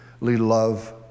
love